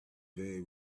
very